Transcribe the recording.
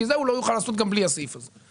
כי זה הוא לא יוכל לעשות גם בלי הסעיף הזה.